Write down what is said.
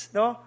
no